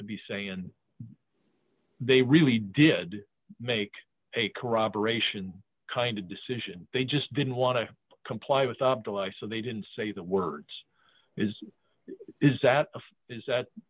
to be saying and they really did make a corroboration kind of decision they just didn't want to comply with top to lie so they didn't say the words is is that is that